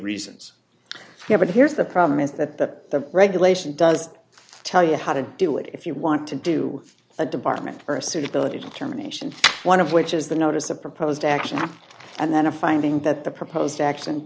reasons yeah but here's the problem is that the regulation does tell you how to do it if you want to do a department or a suitability determination one of which is the notice of proposed actions and then a finding that the proposed action